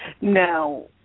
Now